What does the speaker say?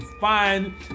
fine